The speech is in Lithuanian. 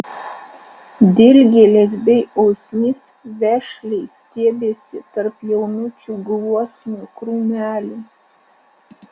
dilgėlės bei usnys vešliai stiebėsi tarp jaunučių gluosnio krūmelių